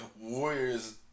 Warriors